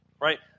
right